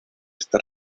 está